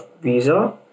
visa